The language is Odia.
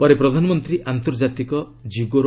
ପରେ ପ୍ରଧାନମନ୍ତ୍ରୀ ଆନ୍ତର୍ଜାତିକ କିଗୋରେ